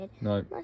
No